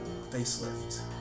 facelift